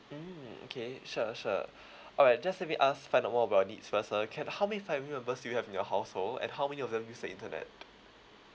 mm okay sure sure alright just let me ask find out more about your needs first uh okay how many family members do you have in your household and how many of them use the internet